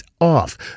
off